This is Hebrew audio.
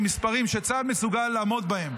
למספרים שצה"ל מסוגל לעמוד בהם.